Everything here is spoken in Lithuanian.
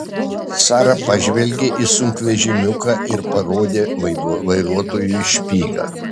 sara pažvelgė į sunkvežimiuką ir parodė vairuotojui špygą